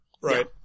Right